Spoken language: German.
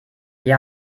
wir